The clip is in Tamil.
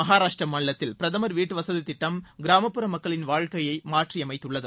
மகாராஷ்டிரா மாநிலத்தில் பிரதமர் வீட்டு வசதி திட்டம் கிராமப்புற மக்களின் வாழ்க்கையை மாற்றி அமைத்துள்ளது